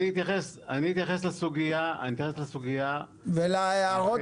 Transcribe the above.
אני אתייחס לסוגיה --- ולהערות